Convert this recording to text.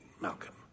Malcolm